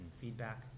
feedback